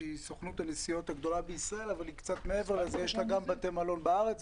שהיא סוכנות הנסיעות הגדולה בישראל אבל יש לה גם בתי מלון בארץ,